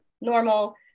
normal